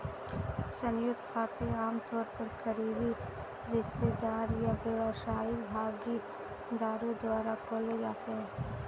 संयुक्त खाते आमतौर पर करीबी रिश्तेदार या व्यावसायिक भागीदारों द्वारा खोले जाते हैं